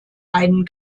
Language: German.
einen